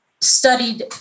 studied